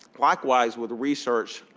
likewise, with research,